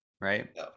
right